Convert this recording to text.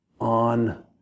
on